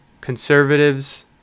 conservatives